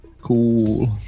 cool